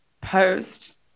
post